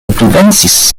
pripensis